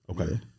Okay